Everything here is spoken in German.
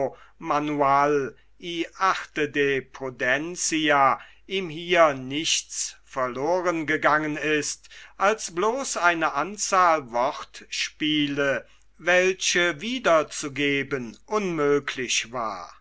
manual y arte de prudencia ihm hier nichts verloren gegangen ist als bloß eine anzahl wortspiele welche wiederzugeben unmöglich war